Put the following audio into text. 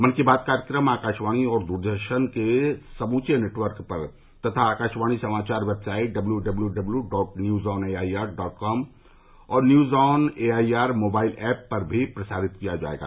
मन की बात कार्यक्रम आकाशवाणी और दूरदर्शन के समूचे नेटवर्क पर तथा अकाशवाणी समाचार website W W W W W dot news on AIR dot com और news on AIR mobile app पर भी प्रसारित किया जाएगा